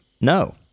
No